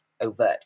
overt